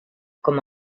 com